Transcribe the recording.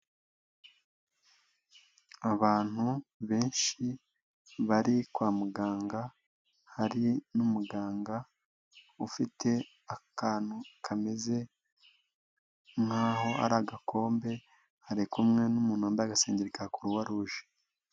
Abantu benshi bari kwa muganga, hari n'umuganga ufite akantu kameze nk'aho ari agakombe, ari kumwemwe n'umuntu wamabaye agasengeri ka kuruwaruje.